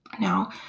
now